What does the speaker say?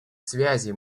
связи